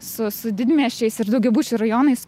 su su didmiesčiais ir daugiabučių rajonais